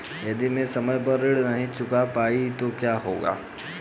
यदि मैं समय पर ऋण नहीं चुका पाई तो क्या होगा?